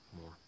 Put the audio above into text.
more